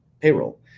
payroll